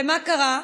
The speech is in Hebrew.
ומה קרה?